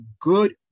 good